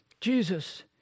Jesus